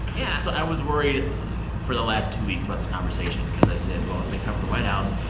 yeah so i was worried for the last two weeks about this conversation because i said, well, they cover the white house.